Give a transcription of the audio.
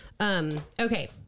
Okay